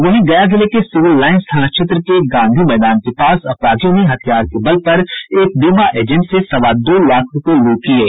वहीं गया जिले के सिविल लाईंस थाना क्षेत्र के गांधी मैदान के पास अपराधियों ने हथियार के बल पर एक बीमा एजेंट से सवा दो लाख रूपये लूट लिये